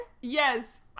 Yes